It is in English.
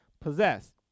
possess